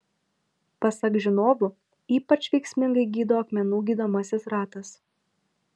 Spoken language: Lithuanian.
pasak žinovų ypač veiksmingai gydo akmenų gydomasis ratas